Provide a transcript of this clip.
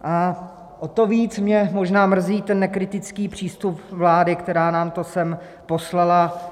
O to víc mě možná mrzí nekritický přístup vlády, která nám to sem poslala.